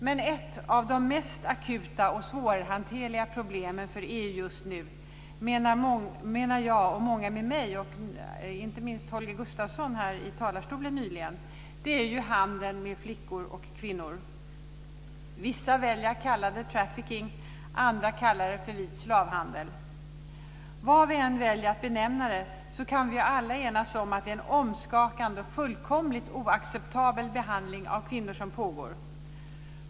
Men ett av de mest akuta och svårhanterliga problemen för EU just nu menar jag och många med mig, inte minst Holger Gustafsson här i talarstolen nyligen, är ju handeln med flickor och kvinnor. Vissa väljer att kalla det trafficking, andra kallar det för vit slavhandel. Vad vi än väljer att benämna det, kan vi alla enas om att det är en omskakande och fullkomligt oacceptabel behandling av kvinnor som pågår.